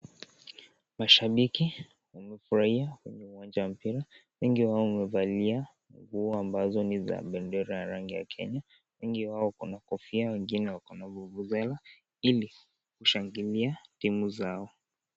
Mashabiki wamefurahia kwenye uwanja wa mpira, wengi wao wamevalia nguo ambazo ni za bendera ya rangi ya Kenya, wengi wao wako na kofia wengine wako na vuvuzela ili kushangilia timu zao.